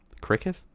Cricket